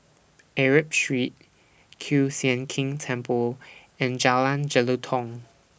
Arab Street Kiew Sian King Temple and Jalan Jelutong